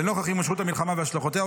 לנוכח הימשכות המלחמה והשלכותיה,